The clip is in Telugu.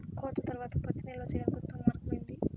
కోత తర్వాత పత్తిని నిల్వ చేయడానికి ఉత్తమ మార్గం ఏది?